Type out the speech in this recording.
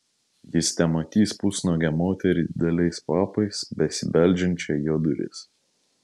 jis tematys pusnuogę moterį dideliais papais besibeldžiančią į jo duris